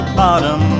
bottom